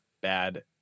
bad